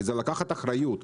כי זה לקחת אחריות.